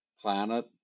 planet